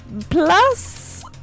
plus